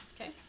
Okay